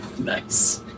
Nice